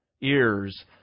ears